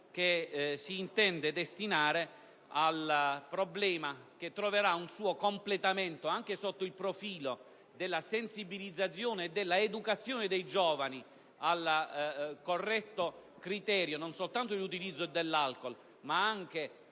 che si intende destinare al problema, che troverà un suo completamento sotto il profilo della sensibilizzazione e dell'educazione dei giovani non soltanto al corretto utilizzo dell'alcool ma anche